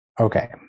Okay